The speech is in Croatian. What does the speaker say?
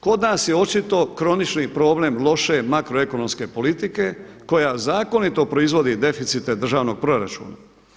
Kod nas je očito kronični problem loše makroekonomske politike koja zakonito proizvodi deficite državnog proračuna.